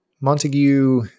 Montague